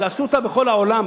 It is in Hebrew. עשו אותה בכל העולם,